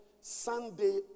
Sunday